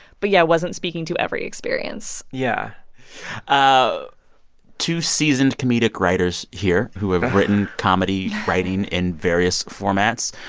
but yeah, it wasn't speaking to every experience yeah ah two seasoned comedic writers here who have written comedy writing in various formats.